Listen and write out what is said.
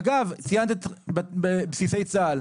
אגב, ציינת את בסיסי צה"ל.